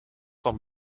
von